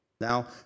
Now